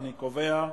יכול להצביע.